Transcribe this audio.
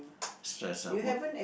stress ah work